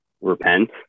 repent